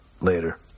later